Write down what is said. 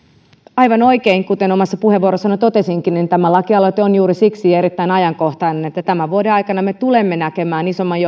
aivan oikein kuten omassa puheenvuorossani totesinkin tämä lakialoite on juuri siksi erittäin ajankohtainen että tämän vuoden aikana me tulemme näkemään isomman